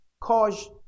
cause